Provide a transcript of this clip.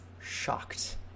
shocked